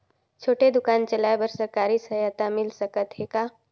छोटे दुकान चलाय बर सरकारी सहायता मिल सकत हे का?